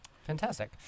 Fantastic